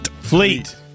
fleet